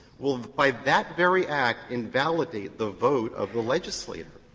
will by that very act invalidate the vote of the legislator.